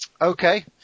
Okay